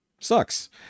sucks